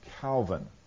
Calvin